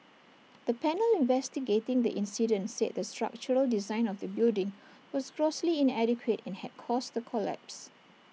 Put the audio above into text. the panel investigating the incident said the structural design of the building was grossly inadequate and had caused the collapse